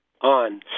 On